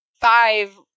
five